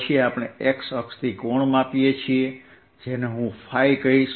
પછી આપણે x અક્ષથી કોણ માપીએ છીએ જેને હું કહીશ